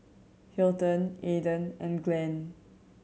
Hilton Aidan and Glen